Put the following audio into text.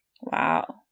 Wow